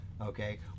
okay